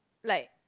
like